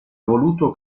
voluto